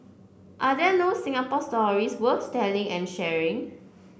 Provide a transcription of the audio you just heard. are there no Singapore stories worth telling and sharing